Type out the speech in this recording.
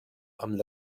amb